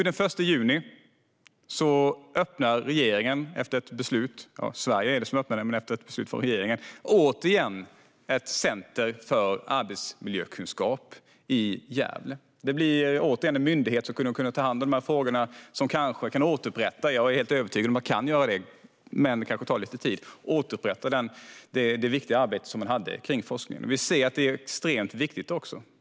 Den 1 juni öppnar Sverige efter ett beslut från regeringen återigen ett centrum för arbetsmiljökunskap i Gävle. Det blir en myndighet som återigen kommer att kunna ta hand om de här frågorna och som kanske kan återupprätta det viktiga arbetet med forskningen. Jag är helt övertygad om att man kan det, men det kanske tar lite tid. Vi ser att det är extremt viktigt.